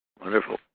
Wonderful